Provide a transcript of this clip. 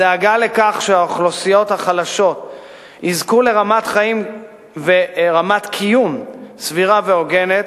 הדאגה לכך שהאוכלוסיות החלשות יזכו לרמת קיום סבירה והוגנת,